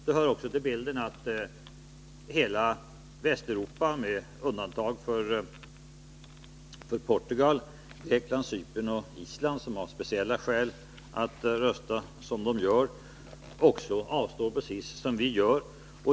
Det hör också till bilden att hela Västeuropa, med undantag för Portugal, Grekland, Cypern och Island, som har speciella skäl Nr 32 att rösta som de gör, också avstår, precis som vi.